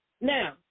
Now